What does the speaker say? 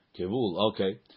Okay